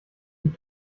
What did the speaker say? die